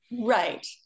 right